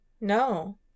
No